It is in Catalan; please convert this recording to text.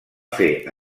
fer